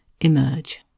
emerge